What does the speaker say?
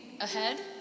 ahead